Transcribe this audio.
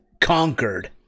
conquered